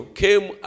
came